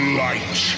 light